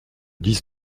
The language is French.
dix